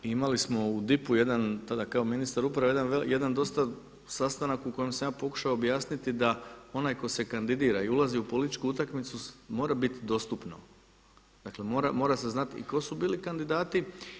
I imali smo u DIP-u jedan tada kao ministar uprave, jedan dosta, sastanak u kojem sam ja pokušao objasniti da onaj tko se kandidira i ulazi u političku utakmicu mora biti dostupno, dakle mora se znati i tko su bili kandidati.